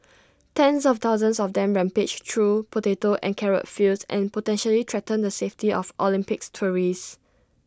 tens of thousands of them rampage through potato and carrot fields and potentially threaten the safety of Olympics tourists